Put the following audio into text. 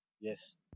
Yes